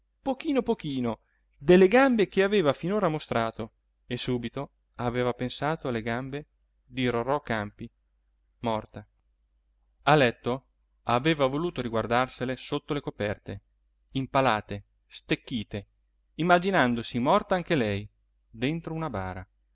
pochino pochino delle gambe che aveva finora mostrato e subito aveva pensato alle gambe di rorò campi morta a letto aveva voluto riguardarsele sotto le coperte impalate stecchite immaginandosi morta anche lei dentro una bara